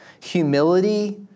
humility